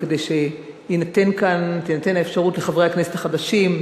וכדי שתינתן כאן האפשרות לחברי הכנסת החדשים,